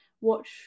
watch